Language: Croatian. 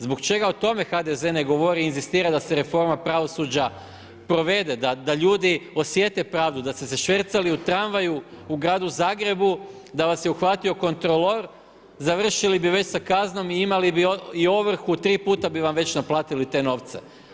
Zbog čega o tome HDZ ne govori i inzistira da se reforma pravosuđa provede da ljudi osjete pravdu da su se švercali u tramvaju u gradu Zagrebu da vas uhvatio kontrolor završili bi već sa kaznom i imali bi i ovrhu, tri puta bi vam već naplatili te nove.